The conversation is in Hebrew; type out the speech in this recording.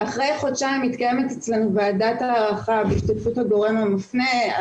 אחרי חודשיים מתקיימת אצלנו ועדת הערכה בהשתתפות הגורם המפנה,